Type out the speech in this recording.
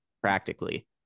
practically